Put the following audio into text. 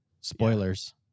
Spoilers